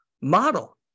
model